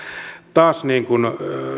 taas niin kuin